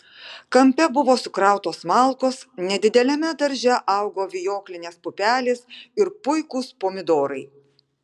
kampe buvo sukrautos malkos nedideliame darže augo vijoklinės pupelės ir puikūs pomidorai